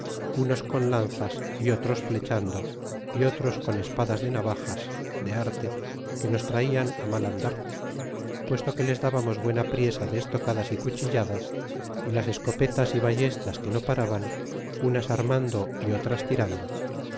unos con lanzas y otros flechando y otros con espadas de navajas de arte que nos traian ti mal andar puesto que les dabamos buena priesa de estocadas y cuchilladas y las escopetas y ballestas que no paraban unas armando y otras tirando